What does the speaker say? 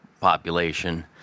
population